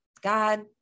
God